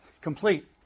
Complete